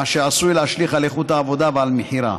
מה שעשוי להשליך על איכות העבודה ועל מחירה.